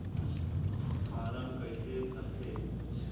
Form कइसे भरते?